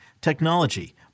technology